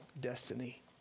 destiny